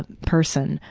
person.